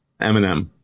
Eminem